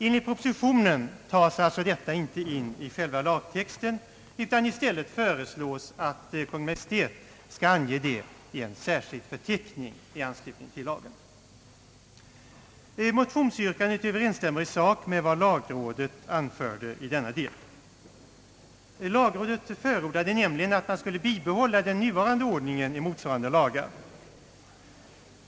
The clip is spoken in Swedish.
Enligt propositionen tas alltså detta inte in i själva lagtexten, utan i stället föreslås att Kungl. Maj:t skall ange det i en särskild förteckning i anslutning till lagen. Motionsyrkandet överensstämmer i sak med vad lagrådet anförde i denna del. Lagrådet förordade nämligen att man skulle bibehålla den nuvarande ordningen i motsvarande lagar.